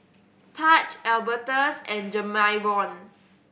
Taj Albertus and Jamarion